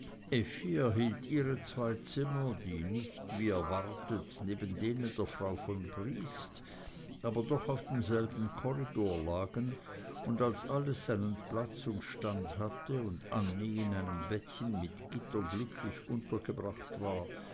erhielt ihre zwei zimmer die nicht wie erwartet neben denen der frau von briest aber doch auf demselben korridor lagen und als alles seinen platz und stand hatte und annie in einem bettchen mit gitter glücklich untergebracht war